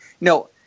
No